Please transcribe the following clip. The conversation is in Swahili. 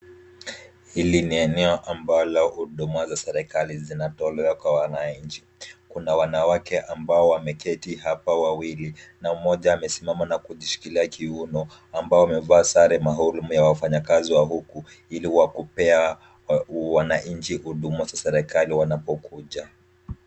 Hili ni eneo ambalo huduma za serikali zinatolewa kwa wananchi. Kuna wanawake ambao wameketi hapa wawili, na mmoja amesimama na kujishikilia kiuno ambao wamevaa sare na hulme wa wafanyakazi wa huku ili wakupea wananchi huduma za serikali wanapokuja.